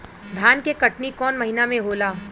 धान के कटनी कौन महीना में होला?